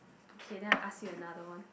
okay then I ask you another one